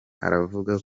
aravuga